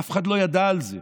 אף אחד לא ידע על זה,